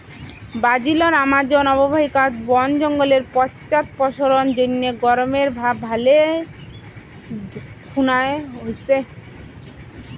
ব্রাজিলর আমাজন অববাহিকাত বন জঙ্গলের পশ্চাদপসরণ জইন্যে গরমের ভাব ভালে খুনায় হইচে